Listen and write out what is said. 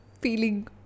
feeling